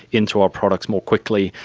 into our products more quickly,